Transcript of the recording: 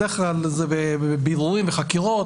בדרך כלל זה בבירורים ובחקירות.